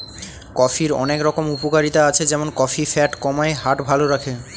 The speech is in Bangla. কফির অনেক রকম উপকারিতা আছে যেমন কফি ফ্যাট কমায়, হার্ট ভালো রাখে